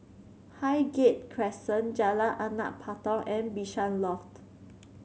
Highgate Crescent Jalan Anak Patong and Bishan Loft